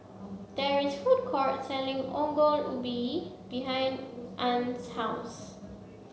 there is food court selling Ongol Ubi behind Ann's house